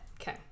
Okay